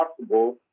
possible